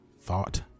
thought